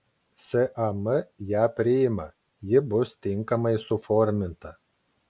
sam ją priima ji bus tinkamai suforminta